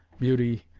beauty,